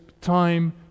time